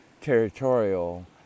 territorial